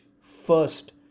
first